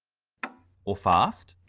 or fast